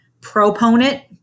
proponent